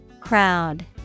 Crowd